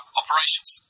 operations